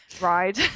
ride